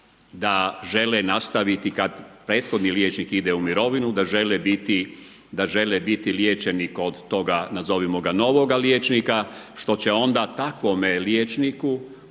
da žele nastaviti, kada prethodni liječnik ide u mirovinu, da žele biti liječeni kod toga nazovimo ga novoga liječnika, što će onda takvome liječniku,